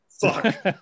fuck